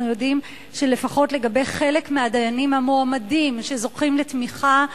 אנחנו יודעים שלפחות לגבי חלק מהדיינים המועמדים שזוכים לתמיכה,